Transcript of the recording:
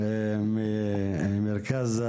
מעורבות,